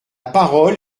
parole